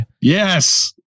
Yes